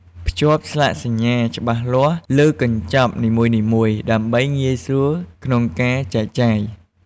ភ្ជាប់ស្លាកសញ្ញាច្បាស់លាស់លើកញ្ចប់នីមួយៗ ដើម្បីងាយស្រួលក្នុងការចែកចាយ។